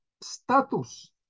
status